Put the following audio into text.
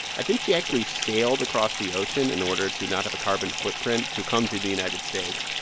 i think she actually sailed across the ocean in order to not have a carbon footprint to come to the united states.